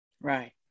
Right